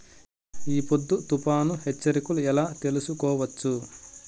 ఈ పొద్దు తుఫాను హెచ్చరికలు ఎలా తెలుసుకోవచ్చు?